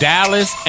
Dallas